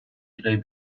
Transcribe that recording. today